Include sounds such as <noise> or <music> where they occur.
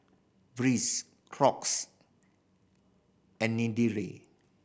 Breeze Crocs and <unintelligible>